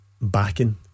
Backing